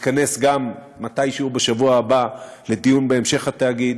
נתכנס גם מתישהו בשבוע הבא לדיון בהמשך התאגיד.